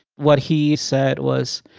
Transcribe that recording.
what he said was,